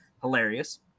hilarious